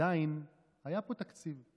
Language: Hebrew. עדיין היה פה תקציב.